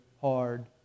hard